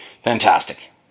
fantastic